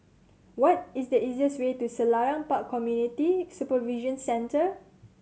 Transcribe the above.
what is the easiest way to Selarang Park Community Supervision Centre